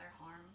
harm